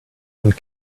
and